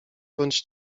bądź